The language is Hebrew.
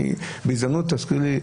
בהזדמנות תזכיר לי,